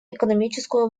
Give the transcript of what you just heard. экономическую